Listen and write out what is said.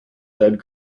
dead